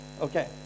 Okay